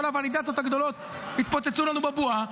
הוולידציות הגדולות התפוצצו לנו בבועה,